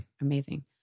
amazing